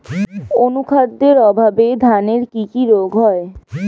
অনুখাদ্যের অভাবে ধানের কি কি রোগ হয়?